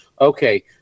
okay